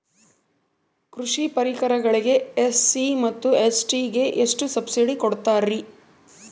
ಕೃಷಿ ಪರಿಕರಗಳಿಗೆ ಎಸ್.ಸಿ ಮತ್ತು ಎಸ್.ಟಿ ಗೆ ಎಷ್ಟು ಸಬ್ಸಿಡಿ ಕೊಡುತ್ತಾರ್ರಿ?